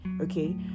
okay